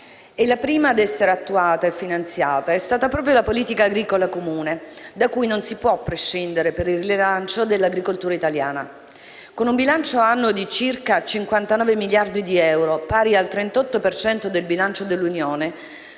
la prima ad essere attuata e finanziata è stata proprio la politica agricola comune (PAC), da cui non si può prescindere per il rilancio della agricoltura italiana; con un bilancio annuo di circa 59 miliardi di euro, pari al 38 per cento del bilancio dell'Unione,